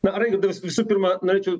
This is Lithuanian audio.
na raigardai jums visų pirma norėčiau